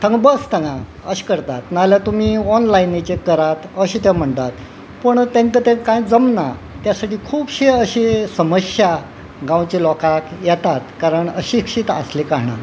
थंगां बस थंगां अशें करतात ना जाल्या तुमी ऑनलायनीचेर करात अशें तें म्हणटात पूण तांकां तें कांय जमना त्यासाठी खुबशे अशी समश्या गांवच्या लोकांक येतात कारण अशिक्षीत आसले कारणान